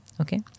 Okay